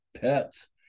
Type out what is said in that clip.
pets